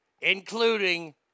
including